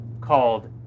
called